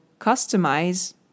customize